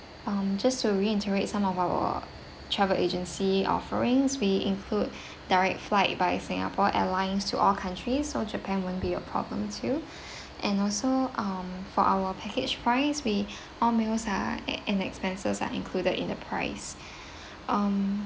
um just to reiterate some of our travel agency offerings we include direct flight by singapore airlines to all countries so japan won't be a problem too and also um for our package price we all meals are an~ and expenses are included in the price um